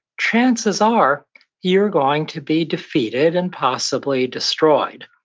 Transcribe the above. chances are you're going to be defeated, and possibly destroyed.